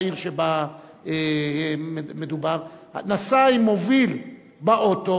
עיר שבה מדובר נסע עם מוביל באוטו.